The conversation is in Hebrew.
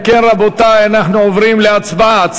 אם כן, רבותי, אנחנו עוברים להצבעה.